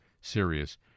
serious